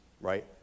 right